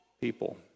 people